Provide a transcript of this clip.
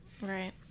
Right